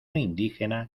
indígena